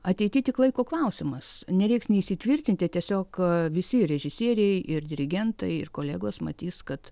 ateity tik laiko klausimas nereiks nei įsitvirtinti tiesiog visi režisieriai ir dirigentai ir kolegos matys kad